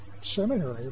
seminary